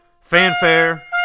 Fanfare